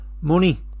money